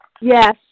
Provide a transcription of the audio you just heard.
Yes